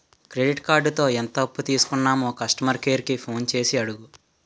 credit కార్డుతో ఎంత అప్పు తీసుకున్నామో కస్టమర్ కేర్ కి ఫోన్ చేసి అడుగు